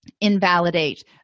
invalidate